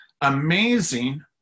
amazing